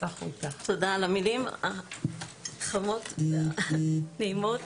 תודה על המילים החמות והנעימות.